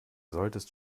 solltest